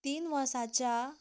तीन वर्सांच्या